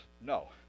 No